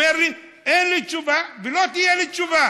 הוא אומר לי: אין לי תשובה ולא תהיה לי תשובה.